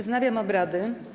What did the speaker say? Wznawiam obrady.